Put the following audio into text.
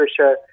Tricia